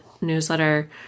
newsletter